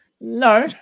No